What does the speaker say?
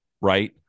right